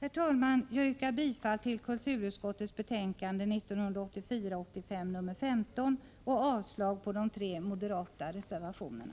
Herr talman! Jag yrkar bifall till kulturutskottets hemställan i dess betänkande 1984/85:15 och avslag på de tre moderata reservationerna.